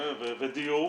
ודיור.